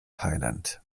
thailand